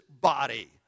body